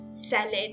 Salad